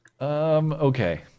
Okay